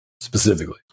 specifically